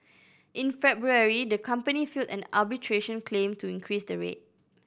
in February the company filed an arbitration claim to increase the rate